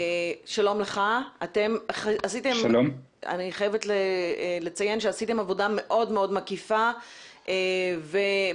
אני חייבת לציין שעשיתם עבודה מאוד מאוד מקיפה ובאמת